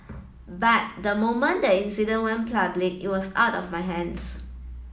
but the moment the incident went public it was out of my hands